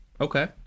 okay